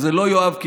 זה לא יואב קיש.